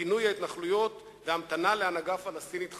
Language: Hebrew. פינוי ההתנחלויות והמתנה להנהגה פלסטינית חדשה".